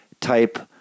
type